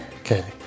Okay